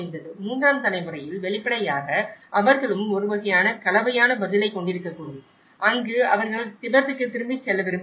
மூன்றாம் தலைமுறையில் வெளிப்படையாக அவர்களும் ஒரு வகையான கலவையான பதிலைக் கொண்டிருக்கக்கூடும் அங்கு அவர்கள் திபெத்துக்குத் திரும்பிச் செல்ல விரும்புகிறார்கள்